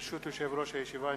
ברשות יושב-ראש הישיבה,